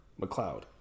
McLeod